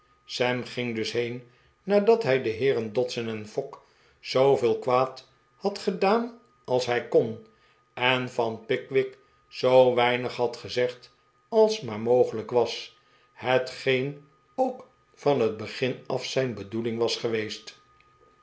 sam ging dus heen nadat hij de heeren dodson en fogg zooveel kwaad had gedaan als hij kon en van pickwick zoo weinig had gezegd als maar mogelijk was hetgeen ook van het begin af zijn bedoeling was geweest